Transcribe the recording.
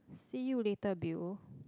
see you later Bill